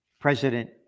President